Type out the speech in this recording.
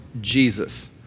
Jesus